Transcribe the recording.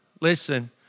Listen